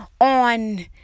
On